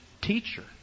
teacher